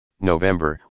November